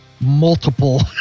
multiple